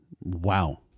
Wow